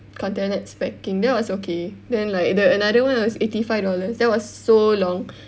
contact lens packing that was okay then like the another [one] was eighty five dollars that was so long